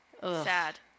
sad